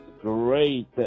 great